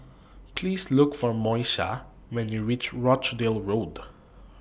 Please Look For Moesha when YOU REACH Rochdale Road